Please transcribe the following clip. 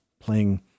playing